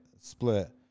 split